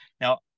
Now